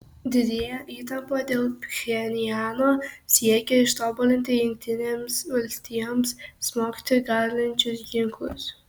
didėja įtampa dėl pchenjano siekio ištobulinti jungtinėms valstijoms smogti galinčius ginklus